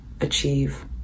achieve